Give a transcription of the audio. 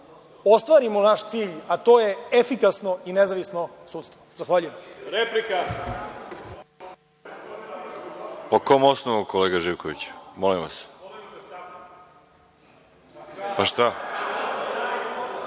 ostvarimo naš cilj, a to je efikasno i nezavisno sudstvo. Zahvaljujem.(Zoran